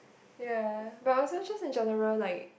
ya but also just in general like